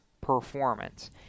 performance